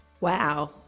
Wow